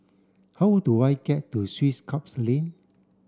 how do I get to Swiss Club Lane